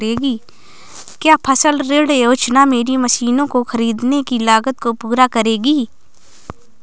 क्या फसल ऋण योजना मेरी मशीनों को ख़रीदने की लागत को पूरा करेगी?